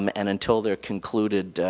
um and until they are concluded,